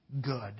good